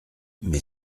mais